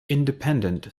independent